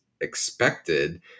expected